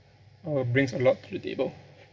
uh brings a lot to the table